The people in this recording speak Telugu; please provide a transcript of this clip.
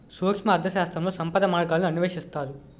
సూక్ష్మ అర్థశాస్త్రంలో సంపద మార్గాలను అన్వేషిస్తారు